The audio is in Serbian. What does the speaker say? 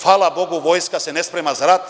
Hvala Bogu, vojska se ne sprema za rat.